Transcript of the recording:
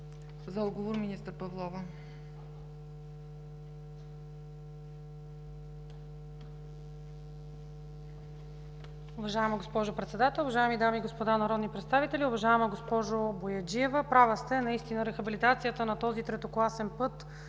За отговор – министър Павлова.